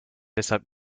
deshalb